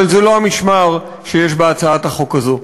אבל זה לא המשמר שיש בהצעת החוק הזאת,